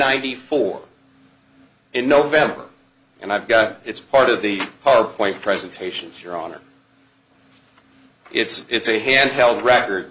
ninety four in november and i've got it's part of the powerpoint presentation your honor it's it's a handheld record